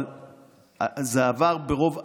אבל זה עבר ברוב אדיר,